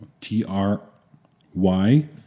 T-R-Y